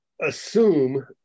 assume